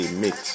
mix